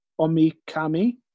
Omikami